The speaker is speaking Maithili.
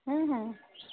हँ हँ